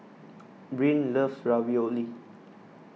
Brynn loves Ravioli